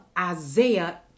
Isaiah